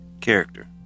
character